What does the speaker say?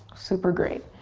super great.